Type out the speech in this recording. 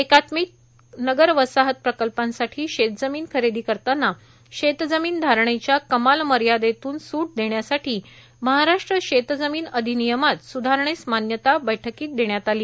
एकात्मिक नगर वसाहत प्रकल्पांसाठी शेतजमीन खरेदी करताना शेतजमीन धारणेच्या कमाल मर्यादेतून सूट देण्यासाठी महाराष्ट्र शेतजमीन अधिनियमात सुधारणेस मान्यता बैठकीत देण्यात आली